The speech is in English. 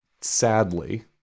sadly